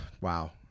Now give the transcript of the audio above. Wow